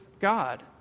God